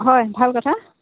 হয় ভাল কথা